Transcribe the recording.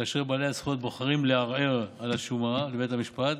כאשר בעלי הזכויות בוחרים לערער על השומה בבית המשפט,